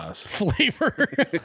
Flavor